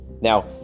Now